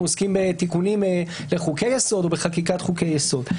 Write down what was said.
עוסקים בתיקונים לחוקי יסוד או בחקיקת חוקי יסוד.